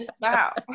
Wow